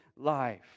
life